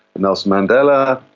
nelson mandela,